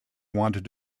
wanted